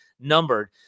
numbered